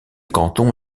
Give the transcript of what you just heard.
canton